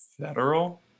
federal